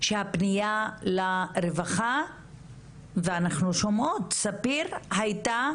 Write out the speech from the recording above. שהפנייה לרווחה ואנחנו שומעות, ספיר הייתה